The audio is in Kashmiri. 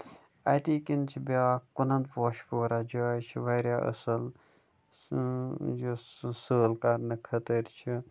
اَتی کِنۍ چھِ بیٛاکھ کُنن پوٚش پورا جاے چھِ واریاہ اَصٕل یُس سٲلۍ کرنہٕ خٲطَر چھِ